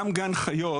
גם גן חיות